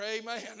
amen